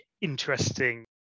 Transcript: interesting